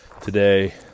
today